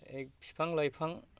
बिफां लाइफां